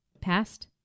Past